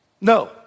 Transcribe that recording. No